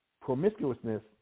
promiscuousness